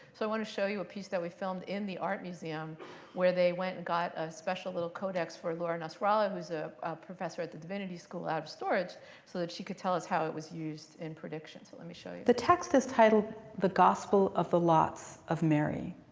so i want to show you a piece that we filmed in the art museum where they went and got a special little codex for laura nasrallah, who's a professor at the divinity school, out of storage so that she could tell us how it was used in predictions. let me show you. the text is titled the gospel of the lots of mary.